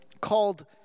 called